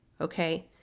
okay